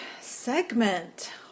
segment